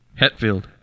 Hetfield